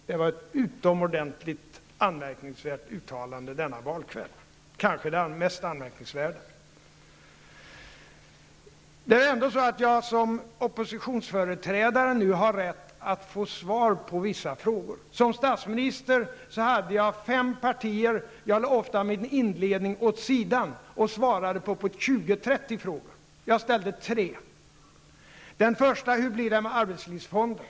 Det var ett utomordentligt anmärkningsvärt uttalande denna valkväll, kanske det mest anmärkningsvärda. Som oppositionsföreträdare har jag ändå rätt att nu få svar på vissa frågor. Som statsminister fick jag besvara frågor från fem partier, och jag lade ofta min inledning åt sidan och svarade på 20--30 frågor. Jag ställde nu tre frågor. Den första löd: Hur blir det med arbetslivsfonden?